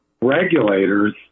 regulators